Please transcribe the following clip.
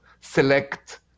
select